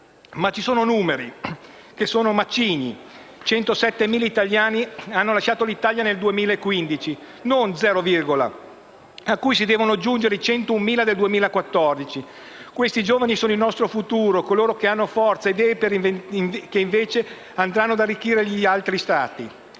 Ci sono però numeri che sono macigni: 107.000 italiani hanno lasciato l'Italia nel 2015 (non uno zero virgola), cui si devono aggiungere i 101.000 del 2014. Questi giovani sono il nostro futuro, coloro che hanno forze e idee, che invece andranno ad arricchire gli altri Stati.